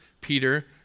Peter